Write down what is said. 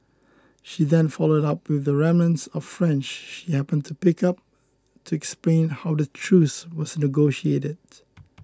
she then followed up with remnants of French she happened to pick up to explain how the truce was negotiated